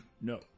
No